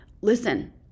listen